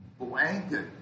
blanket